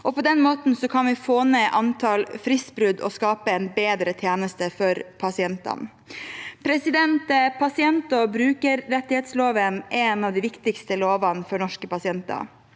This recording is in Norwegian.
På den måten kan vi få ned antall fristbrudd og skape en bedre tjeneste for pasientene. Pasient- og brukerrettighetsloven er en av de viktigste lovene for norske pasienter.